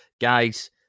guys